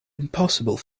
impossible